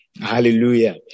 Hallelujah